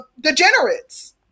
degenerates